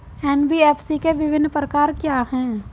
NBFC के विभिन्न प्रकार क्या हैं?